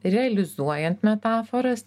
realizuojant metaforas